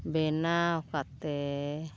ᱵᱮᱱᱟᱣ ᱠᱟᱛᱮᱫ